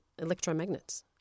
electromagnets